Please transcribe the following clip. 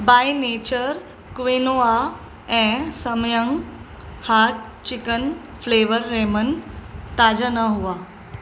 बाई nature quinoa ऐं Samyang hot chicken flavour ramen ताज़ा न हुआ